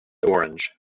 orange